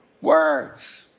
Words